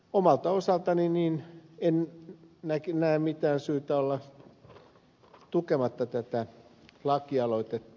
omalta osaltani en näe mitään syytä olla tukematta tätä lakialoitetta